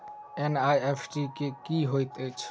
NEFT की होइत अछि?